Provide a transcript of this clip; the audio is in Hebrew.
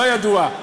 לא ידוע.